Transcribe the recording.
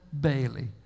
Bailey